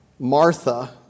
Martha